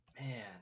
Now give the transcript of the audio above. Man